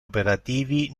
operativi